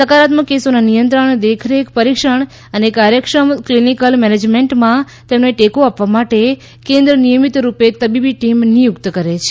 સકારાત્મક કેસોના નિયંત્રણ દેખરેખ પરીક્ષણ અને કાર્યક્ષમ ક્લિનિકલ મેનેજમેન્ટમાં તેમને ટેકો આપવા માટે કેન્દ્ર નિયમિત રૂપે તબીબી ટીમ નિયુક્ત કરે છે